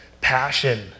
passion